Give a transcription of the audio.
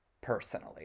personally